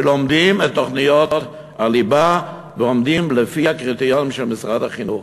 שלומדים את תוכניות הליבה ועומדים בקריטריונים של משרד החינוך.